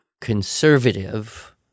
conservative